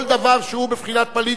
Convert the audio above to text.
כל דבר שהוא בבחינת פליט,